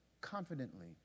confidently